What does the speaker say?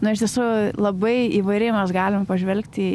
na iš tiesų labai įvairiai mes galim pažvelgt į